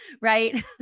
right